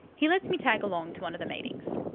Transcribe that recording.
he lets me tag along to one of the meetings.